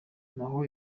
naho